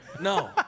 No